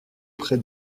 près